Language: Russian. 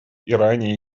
иране